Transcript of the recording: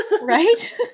right